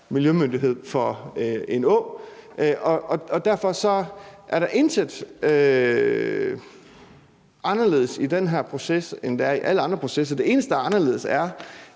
miljømyndighed for en å. Derfor er der intet anderledes i den her proces, end der er i alle andre processer. Det eneste, der er anderledes, er,